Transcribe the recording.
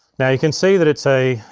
now you can see that it's a,